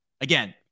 again